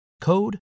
code